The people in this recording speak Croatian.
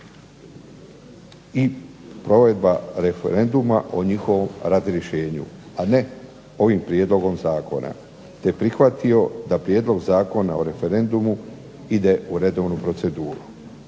i provedba referenduma o njihovom razrješenju a ne ovim prijedlogom zakona. Te prihvatio da Prijedlog zakona o referendumu ide u redovnu proceduru.